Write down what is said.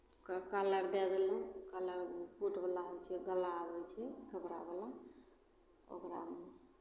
कॉ कॉलर दए देलहुँ कॉलर कूटवला होइ छै गला आबै छै कपड़ावला ओकरा